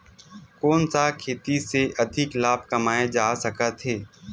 कोन सा खेती से अधिक लाभ कमाय जा सकत हे?